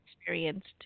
experienced